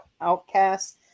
outcasts